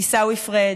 עיסאווי פריג',